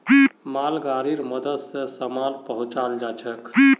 मालगाड़ीर मदद स सामान पहुचाल जाछेक